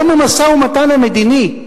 גם המשא-ומתן המדיני,